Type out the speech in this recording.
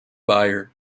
buyer